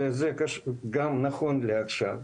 וזה גם נכון לעכשיו,